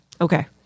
Okay